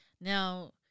Now